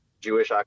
Jewish